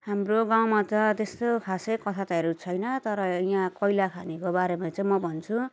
हाम्रो गाउँमा त त्यस्तो खासै कथा तहरू छैन तर यहाँ कोइलाखानीको बारेमा चाहिँ म भन्छु